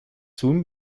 soon